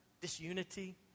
disunity